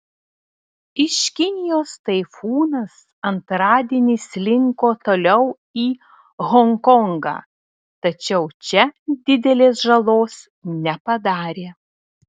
iš kinijos taifūnas antradienį slinko toliau į honkongą tačiau čia didelės žalos nepadarė